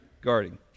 guarding